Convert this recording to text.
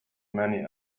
many